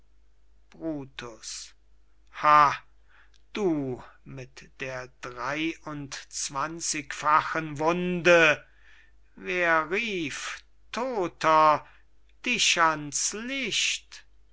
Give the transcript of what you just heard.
brutus ha du mit der drei und zwanzigfachen wunde wer rief todter dich an's licht